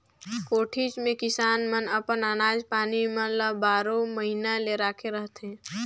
कोठीच मे किसान मन अपन अनाज पानी मन ल बारो महिना ले राखे रहथे